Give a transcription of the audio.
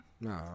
No